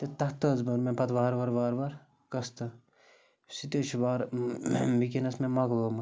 تہِ تَتھ تہٕ حظ بٔر مےٚ پَتہٕ وارٕ وارٕ وارٕ وارٕ قٕسطٕ سُہ تہِ حظ چھُ وارٕ وٕکٮ۪نَس مےٚ مَکلومُت